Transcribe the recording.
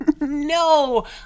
no